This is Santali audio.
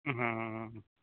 ᱚᱻ